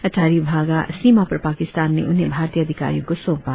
अटारी वाघा सीमा पर पाकिस्तान ने उन्हे भारतीय अधिकारियों को सौपा